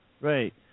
Right